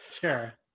Sure